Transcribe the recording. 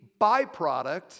byproduct